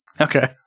Okay